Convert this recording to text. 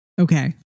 Okay